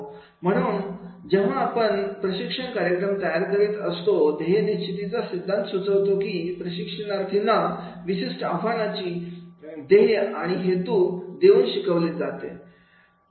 म्हणून म्हणून जेव्हा आपण आपण प्रशिक्षण कार्यक्रम तयार करीत असतो ध्येय निश्चितीचा सिद्धांत सुचवतो कि प्रशिक्षणार्थीना विशिष्ट आव्हानाची ध्येय आणि हेतू देऊन शिकवले जाऊ शकते